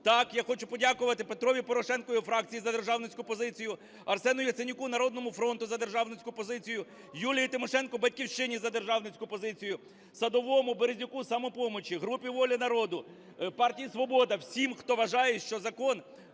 Так, я хочу подякувати Петрові Порошенку і його фракції за державницьку позицію, Арсену Яценюку і "Народному фронту" за державницьку позицію, Юлії Тимошенко і "Батьківщині" за державницьку позицію, Садовому, Березюку і "Самопомочі", групі "Воля народу", партії "Свобода" – всім, хто вважає, що закон…